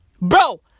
Bro